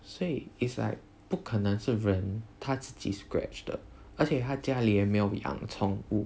所以 it's like 不可能是人她自己 scratch 的而且她家里也没有养宠物